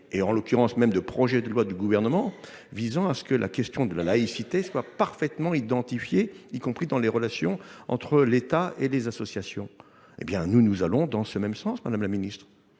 et en l'occurrence même de projets de loi du gouvernement, visant à ce que la question de la laïcité soit parfaitement identifiée, y compris dans les relations entre l'État et les associations. Eh bien, nous, nous allons dans ce même sens, Madame la Ministre.